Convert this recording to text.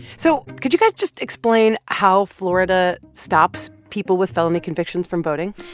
so could you guys just explain how florida stops people with felony convictions from voting?